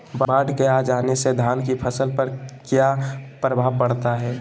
बाढ़ के आ जाने से धान की फसल पर किया प्रभाव पड़ता है?